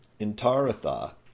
intaratha